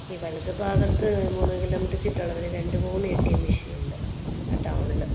ഈ വലത് ഭാഗത്ത് മൂന്ന് കിലോ മീറ്റർ ചുറ്റളവിൽ രണ്ടു മൂന്ന് എ ടി എം മെഷീൻ ഉണ്ട് ആ ടൗണിൽ